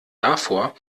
davor